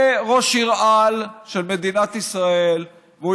הוא יהיה ראש-עיר-על של מדינת ישראל והוא